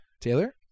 Taylor